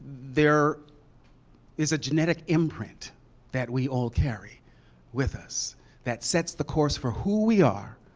there is a genetic imprint that we all carry with us that sets the course for who we are,